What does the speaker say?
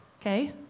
Okay